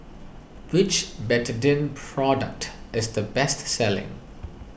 which Betadine product is the best selling